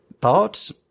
Thoughts